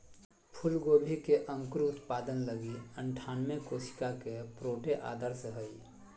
फूलगोभी के अंकुर उत्पादन लगी अनठानबे कोशिका के प्रोट्रे आदर्श हइ